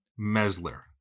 Mesler